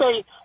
say